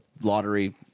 lottery